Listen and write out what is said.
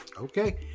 okay